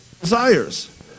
desires